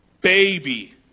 baby